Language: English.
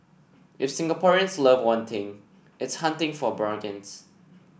if Singaporeans love one thing it's hunting for bargains